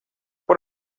por